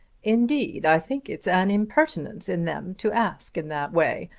indeed i think it's an impertinence in them to ask in that way.